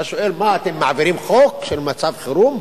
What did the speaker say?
אתה שואל: מה, אתם מעבירים חוק של מצב חירום?